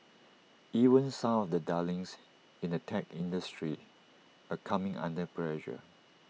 even some of the darlings in the tech industry are coming under pressure